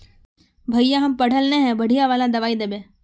भैया हम पढ़ल न है बढ़िया वाला दबाइ देबे?